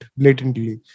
blatantly